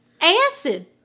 Acid